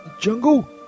jungle